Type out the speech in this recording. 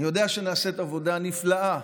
אני יודע שנעשית עבודה נפלאה